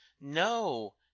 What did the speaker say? no